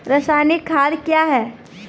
रसायनिक खाद कया हैं?